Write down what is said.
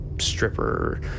stripper